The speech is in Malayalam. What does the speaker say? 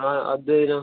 ആ അദ്വൈനോ